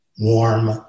warm